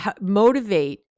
motivate